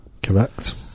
Correct